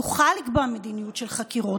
יוכל לקבוע מדיניות של חקירות,